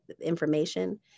information